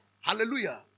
Hallelujah